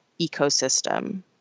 ecosystem